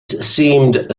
seemed